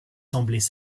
semblaient